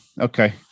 okay